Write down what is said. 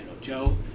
Joe